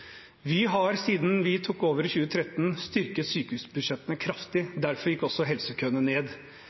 Vi har siden vi tok over i 2013, styrket sykehusbudsjettene kraftig. Derfor gikk også helsekøene ned.